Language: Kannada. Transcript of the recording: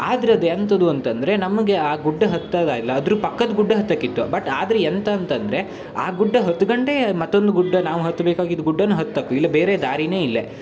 ಆದ್ರೆ ಅದು ಎಂತದು ಅಂತಂದರೆ ನಮಗೆ ಆ ಗುಡ್ಡ ಹತ್ತದಾಯಿಲ್ಲ ಅದ್ರ ಪಕ್ಕದ ಗುಡ್ಡ ಹತ್ತೋಕ್ಕಿತ್ತು ಬಟ್ ಆದರೆ ಎಂತ ಅಂತಂದರೆ ಆ ಗುಡ್ಡ ಹತ್ಗಂಡೆ ಮತ್ತೊಂದು ಗುಡ್ಡ ನಾವು ಹತ್ಬೇಕಾಗಿದ್ದ ಗುಡ್ಡನ್ನು ಹತ್ತಕ್ಕು ಇಲ್ಲ ಬೇರೆ ದಾರಿಯೇ ಇಲ್ಲ